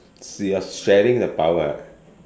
so you're sharing the power